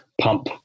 pump